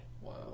Wow